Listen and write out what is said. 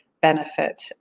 benefit